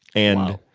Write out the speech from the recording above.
and.